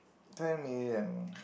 ten million